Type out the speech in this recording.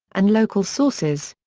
and local sources.